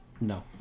No